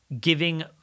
giving